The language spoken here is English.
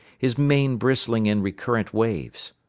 his mane bristling in recurrent waves.